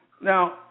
Now